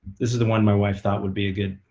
this is the one my wife thought would be a good